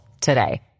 today